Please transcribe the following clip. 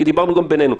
כי דיברנו גם בינינו.